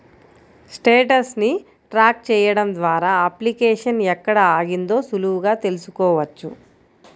status ని track చెయ్యడం ద్వారా అప్లికేషన్ ఎక్కడ ఆగిందో సులువుగా తెల్సుకోవచ్చు